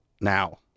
now